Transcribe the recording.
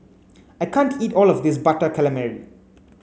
I can't eat all of this butter calamari